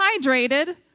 hydrated